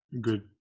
good